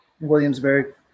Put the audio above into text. Williamsburg